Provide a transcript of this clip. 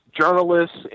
journalists